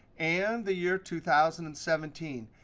and the year two thousand and seventeen.